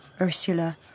Ursula